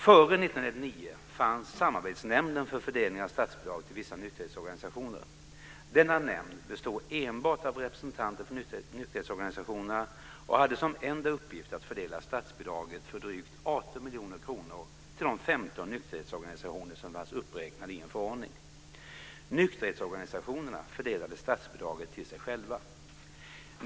Denna nämnd bestod enbart av representanter för nykterhetsorganisationerna och hade som enda uppgift att fördela statsbidraget på drygt 18 miljoner kronor till de 15 nykterhetsorganisationer som fanns uppräknade i en förordning. Nykterhetsorganisationerna fördelade statbidraget till sig själva.